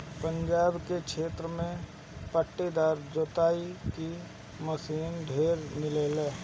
पंजाब के क्षेत्र में पट्टीदार जोताई क मशीन ढेर मिलेला